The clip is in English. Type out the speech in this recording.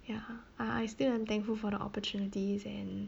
ya I I still am thankful for the opportunities and